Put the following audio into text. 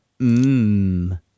Mmm